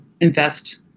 invest